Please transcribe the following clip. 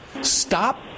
stop